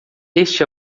este